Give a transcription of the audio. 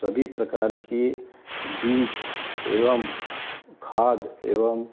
सभी प्रकार के बीज एवं खाद एवं